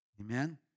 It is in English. Amen